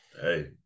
Hey